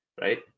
right